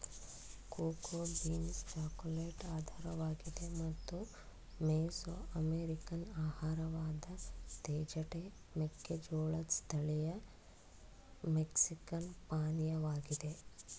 cocoa beans chocolate ಆಧಾರವಾಗಿದೆ ಮತ್ತು Mesoamerican ಆಹಾರವಾದ ತೇಜಟೆ ಮೆಕ್ಕೆಜೋಳದ್ ಸ್ಥಳೀಯ ಮೆಕ್ಸಿಕನ್ ಪಾನೀಯವಾಗಿದೆ